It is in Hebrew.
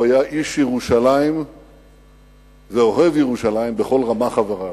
הוא היה איש ירושלים ואוהב ירושלים בכל רמ"ח איבריו.